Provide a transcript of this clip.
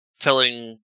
telling